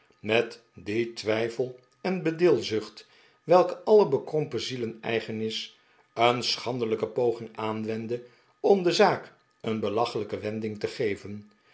met die twijfel en bedilzucht welke alien bekrompen zielen eigen is een schandelijke poging aanwendde om de zaak een belachelijke wending te geven